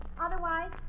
Otherwise